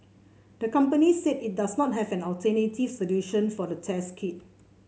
the company said it does not have an alternative solution for the test kit